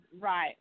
Right